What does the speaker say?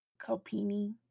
Copini